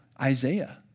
Isaiah